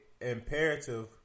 imperative